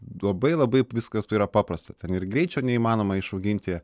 labai labai viskas yra paprasta ten ir greičio neįmanoma išauginti